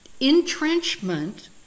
entrenchment